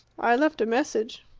i left a message.